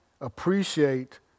appreciate